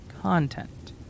content